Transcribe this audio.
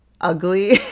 ugly